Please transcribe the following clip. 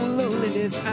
loneliness